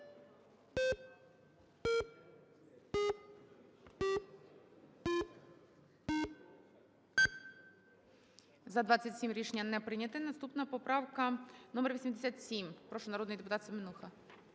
За-27 Рішення не прийнято. Наступна - поправка номер 87. Прошу, народний депутат Семенуха.